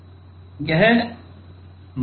यह मात्रा में समान है लेकिन सिग्नल में विपरीत है